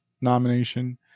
nomination